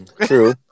True